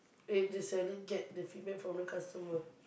eh the seller get the feedback from the customer